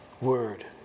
word